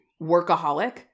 workaholic